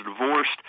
divorced